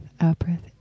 out-breath